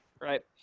right